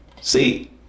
See